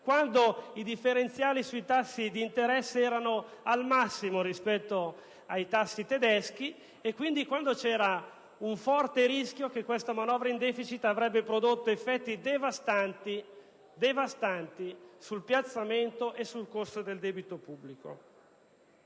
quando i differenziali sui tassi di interesse erano al massimo rispetto a quelli tedeschi e dunque quando ancora era forte il rischio che questa manovra in deficit avrebbe prodotto effetti devastanti sul piazzamento e sul costo del debito pubblico.